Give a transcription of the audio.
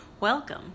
Welcome